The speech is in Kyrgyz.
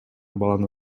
баланы